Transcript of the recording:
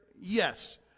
yes